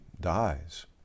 dies